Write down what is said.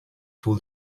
full